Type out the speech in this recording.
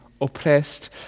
oppressed